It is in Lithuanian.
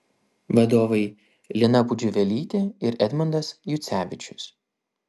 vadovai lina pudžiuvelytė ir edmundas jucevičius